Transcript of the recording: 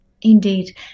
Indeed